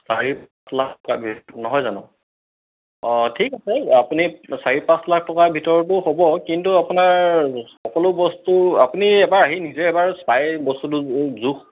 চাৰি পাঁচ লাখ টকা নহয় জানো অঁ ঠিক আছে আপুনি চাৰি পাঁচ লাখ টকাৰ ভিতৰতো হ'ব কিন্তু আপোনাৰ সকলো বস্তু আপুনি এবাৰ আহি নিজে এবাৰ চায় বস্তুটো জোখ